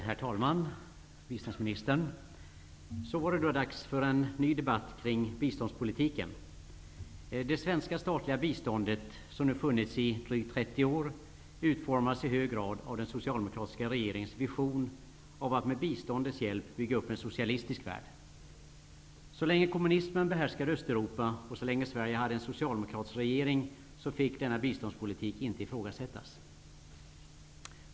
Herr talman! Biståndsministern! Så var det då dags för en ny debatt kring biståndspolitiken. Det svenska statliga biståndet, som nu funnits i drygt 30 år, utformades i hög grad av den socialdemokratiska regeringens vision av att med biståndets hjälp bygga upp en socialistisk värld. Så länge kommunsimen behärskade Östeuropa och så länge Sverige hade en socialdemokratisk regering fick denna biståndspolitik inte ifrågasättas.